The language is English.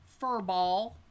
furball